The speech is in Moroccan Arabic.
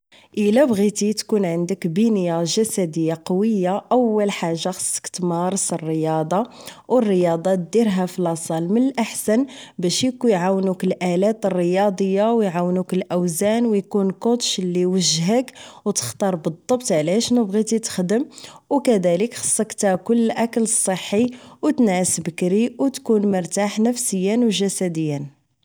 الا بغيتي تكون عندك بنية جسدية قوية اول حاجة خصك تمارس الرياضة و الرياضة ديرها فالاصال من الاحسن باش اعونوك الالات الرياضية و عاونوك الاوزان وكون كوتش اللي يوجهك و تختار بالضبط على ياش بغيتي تخدم و كذالك خصك تاكل الأكل الصحي و تنعس بكري و تكون مرتاح نفسيا و جسديا